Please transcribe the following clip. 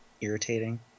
irritating